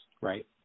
Right